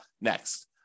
next